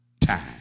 time